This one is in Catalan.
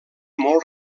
molt